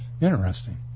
interesting